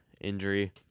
injury